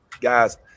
Guys